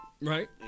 Right